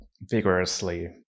vigorously